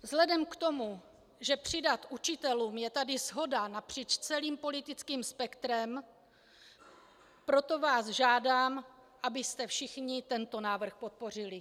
Vzhledem k tomu, že přidat učitelům je tady shoda napříč celým politickým spektrem, proto vás žádám, abyste všichni tento návrh podpořili.